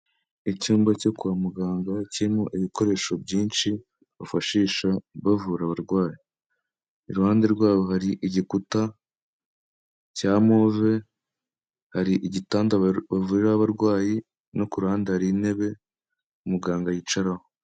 Icyumba cyo kwa muganga kirimo ibikoresho byinshi bafashisha bavura abarwayi. Iruhande rwaho hari igikuta cya move, hari igitanda bavuriraho abarwayi, no ku ruhande hari intebe muganga yicaraho.